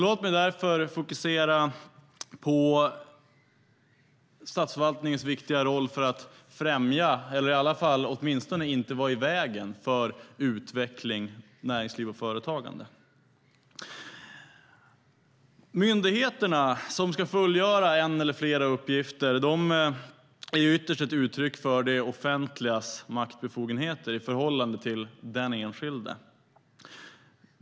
Låt mig därför fokusera på statsförvaltningens viktiga roll för att främja eller åtminstone inte vara i vägen för utveckling, näringsliv och företagande. Myndigheterna som ska fullgöra en eller flera uppgifter är ytterst ett uttryck för det offentligas maktbefogenheter i förhållande till den enskilde.